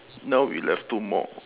now we left two more